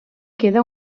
queda